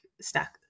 stack